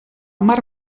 mar